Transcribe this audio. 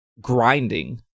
grinding